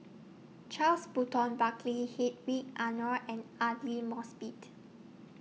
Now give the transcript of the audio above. Charles Burton Buckley Hedwig Anuar and Aidli Mosbit